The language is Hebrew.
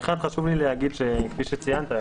חשוב לי להגיד שכפי שציינת,